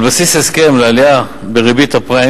על בסיס ההסכם עלייה בריבית הפריים